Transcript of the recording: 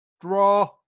Draw